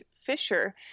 Fisher